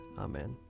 Amen